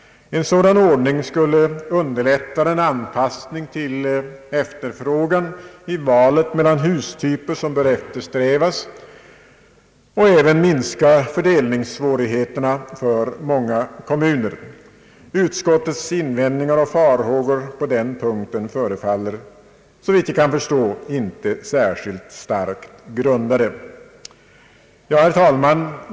En sådan ordning skulle underlätta den anpassning till efterfrågan i valet mellan hustyper som bör eftersträvas och även minska fördelningssvårigheterna för många kommuner. Utskottets invändningar och farhågor på den punkten förefaller såvitt jag kan förstå inte särskilt starkt grundade. Herr talman!